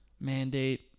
mandate